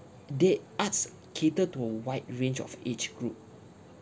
they arts cater to a wide range of age group